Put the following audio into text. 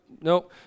No